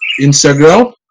Instagram